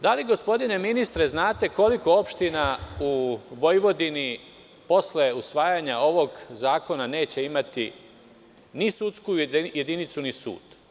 Da li gospodine ministre znate koliko opština u Vojvodini posle usvajanja ovog zakona neće imati ni sudsku jedinicu, ni sud?